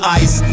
ice